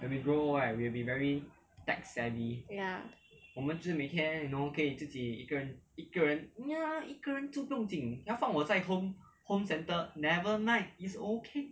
ya